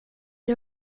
det